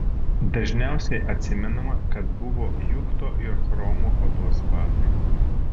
dažniausiai atsimenama kad buvo juchto ir chromo odos batai